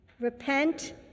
Repent